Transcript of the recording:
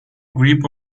grip